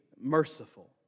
merciful